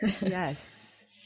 yes